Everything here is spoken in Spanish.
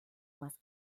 más